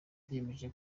biyemeje